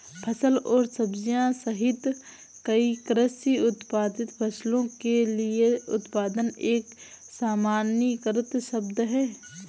फल और सब्जियां सहित कई कृषि उत्पादित फसलों के लिए उत्पादन एक सामान्यीकृत शब्द है